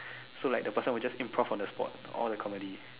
so like the person would just improv on the spot all the comedy